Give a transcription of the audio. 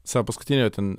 savo paskutinio ten